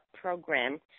program